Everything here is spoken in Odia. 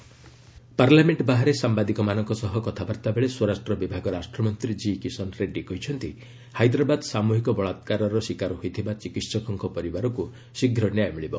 ରେଡ଼ୀ ହାଇଦ୍ରାବାଦ୍ ରେପ୍ ପାର୍ଲାମେଣ୍ଟ ବାହାରେ ସାମ୍ବାଦିକମାନଙ୍କ ସହ କଥାବାର୍ତ୍ତା ବେଳେ ସ୍ୱରାଷ୍ଟ୍ର ବିଭାଗ ରାଷ୍ଟ୍ରମନ୍ତ୍ରୀ ଜି କିଶନ୍ ରେଡ୍ଜୀ କହିଛନ୍ତି ହାଇଦ୍ରାବାଦ୍ ସାମୁହିକ ବଳାକାରର ଶିକାର ହୋଇଥିବା ଚିକିହକଙ୍କ ପରିବାରକୁ ଶୀଘ୍ର ନ୍ୟାୟ ମିଳିବ